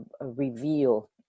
reveal